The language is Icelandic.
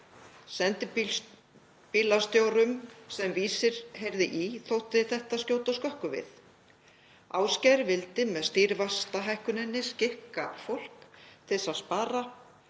Sendibílastjórum sem Vísir heyrði í þótti þetta skjóta skökku við; Ásgeir vildi með stýrivaxtahækkuninni skikka fólk til þess að spara,